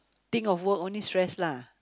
think of work only stress lah